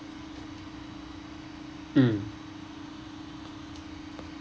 mm